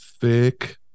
thick